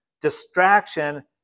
distraction